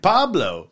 Pablo